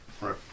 Right